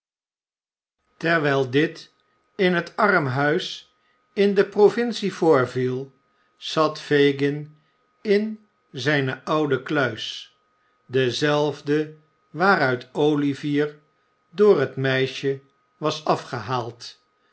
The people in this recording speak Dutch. terwijl dit in het armhuis in de provincie voorviel zat fagin in zijne oude kluis dezelfde waaruit olivier door het meisje was afgehaald